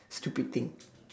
stupid thing